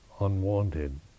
unwanted